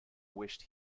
wished